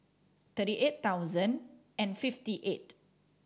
thirty eight thousand and fifty eight